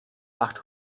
acht